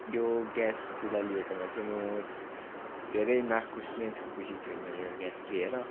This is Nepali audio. यो ग्यास चुल्हा लिएकोमा चाहिँ म धेरै नाखुस नै छु खुसी छुइनँ यो ग्यास लिएर